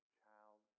child